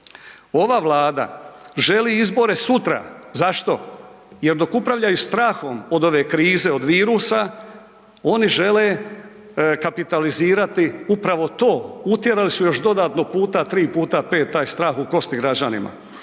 Ova Vlada želi izbore sutra. Zašto? Jer dok upravljaju strahom od ove krize, od virusa oni žele kapitalizirati upravo to. Utjerali su još dodatno puta tri puta pet taj strah u kosti građanima.